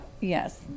Yes